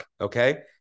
Okay